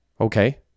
Okay